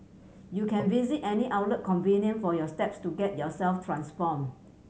you can visit any outlet convenient for your steps to get yourself transformed